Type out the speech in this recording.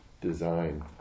design